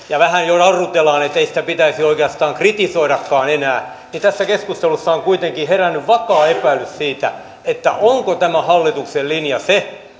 ja vähän jo jarrutellaan ettei sitä pitäisi oikeastaan kritisoidakaan enää niin tässä keskustelussa on kuitenkin herännyt vakaa epäilys siitä onko tämä hallituksen linja se